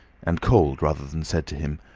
and called rather than said to him,